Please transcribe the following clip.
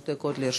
שלוש דקות לרשותך.